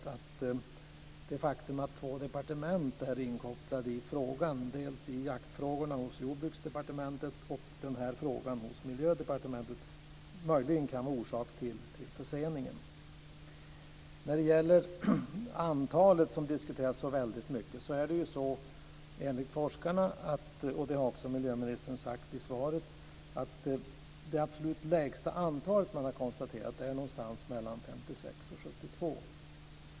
Kan det faktum att två departement är inkopplade i frågan, dels jaktfrågorna hos Jordbruksdepartementet, dels denna fråga hos Miljödepartementet, möjligen vara orsak till förseningen? Antalet diskuteras mycket. Enligt forskarna - vilket också miljöministern har sagt i svaret - är det absolut lägsta antalet mellan 56 och 72.